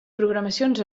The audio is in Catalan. programacions